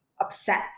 upset